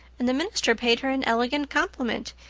and the minister paid her an elegant compliment.